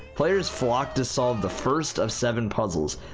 players flock to solve the first of seven puzzles.